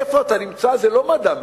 איפה אתה נמצא זה לא מדע מדויק.